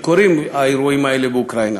כשהאירועים האלה קורים באוקראינה,